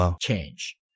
change